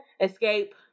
Escape